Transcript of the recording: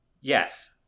yes